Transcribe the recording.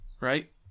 Right